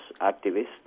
activists